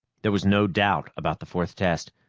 there was no doubt about the fourth test.